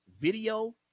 video